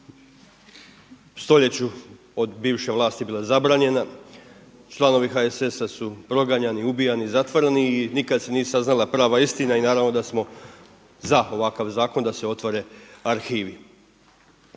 stoljeću od bivše vlasti bila zabranjena. Članovi HSS-a su proganjani, ubijani, zatvoreni i nikada se nije saznala prava istina i naravno da smo za ovakav zakon da se otvore arhivi.